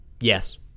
Yes